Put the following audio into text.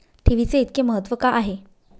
ठेवीचे इतके महत्व का आहे?